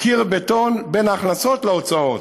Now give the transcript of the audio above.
קיר בטון בין ההכנסות להוצאות.